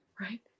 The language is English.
right